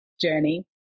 journey